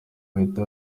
bahita